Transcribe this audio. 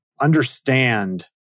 understand